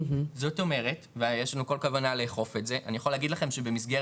זאת אומרת ויש לנו כל כוונה לאכוף את זה ואני יכול להגיד לכם שבמסגרת